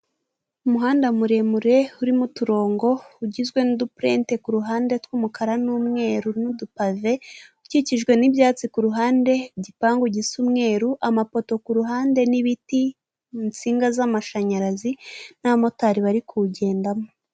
Umuhanda muremure urimo uturongo ugizwe n'udupurente kuruhande rw'umukara n'umweru n'udupave ukikijwe n'ibyatsi kuruhande, igipangu gisa umweru, amapoto kuruhande n'ibiti, mu nsinga z'amashanyarazi n'abamotari bari kuwugendamo.